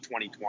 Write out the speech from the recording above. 2020